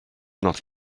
not